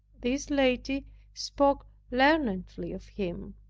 this lady spoke learnedly of him.